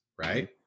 right